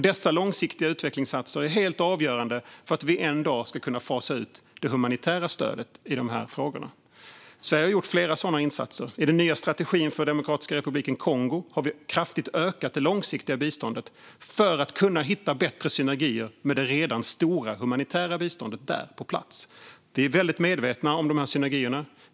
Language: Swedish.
Dessa långsiktiga utvecklingsinsatser är helt avgörande för att vi en dag ska kunna fasa ut det humanitära stödet i de här frågorna. Sverige har gjort flera sådana insatser. I den nya strategin för Demokratiska republiken Kongo har vi kraftigt ökat det långsiktiga biståndet för att kunna hitta bättre synergier med det redan stora humanitära biståndet där på plats. Vi är väldigt medvetna om de här synergierna.